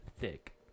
Thick